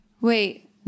wait